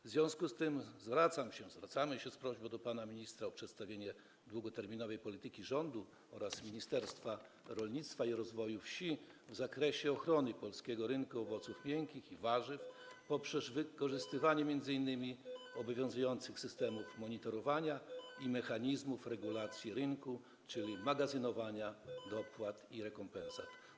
W związku z tym zwracam się, zwracamy się z prośbą do pana ministra o przedstawienie długoterminowej polityki rządu oraz Ministerstwa Rolnictwa i Rozwoju Wsi w zakresie ochrony polskiego rynku owoców miękkich i warzyw poprzez wykorzystywanie m.in. obowiązujących systemów monitorowania i mechanizmów regulacji rynku, czyli magazynowania dopłat i rekompensat.